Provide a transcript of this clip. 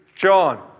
John